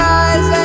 eyes